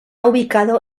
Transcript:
ubicado